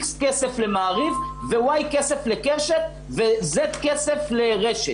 X כסף למעריב, ו-Y כסף לקשת, ו-Z כסף לרשת.